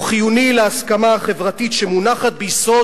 הוא חיוני להסכמה החברתית שמונחת ביסוד